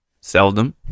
Seldom